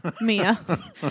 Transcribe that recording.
Mia